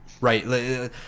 right